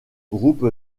groupe